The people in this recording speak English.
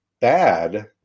bad